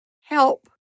Help